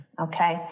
Okay